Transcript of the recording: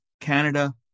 Canada